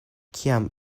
kiam